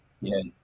Yes